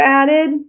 added